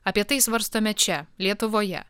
apie tai svarstome čia lietuvoje